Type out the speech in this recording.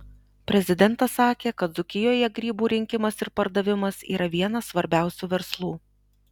prezidentas sakė kad dzūkijoje grybų rinkimas ir pardavimas yra vienas svarbiausių verslų